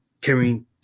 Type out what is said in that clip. carrying